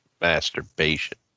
Masturbation